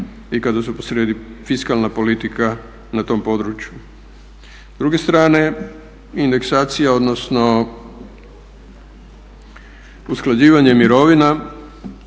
i kada je posrijedi fiskalna politika na tom području. S druge strane indeksacija odnosno usklađivanje mirovina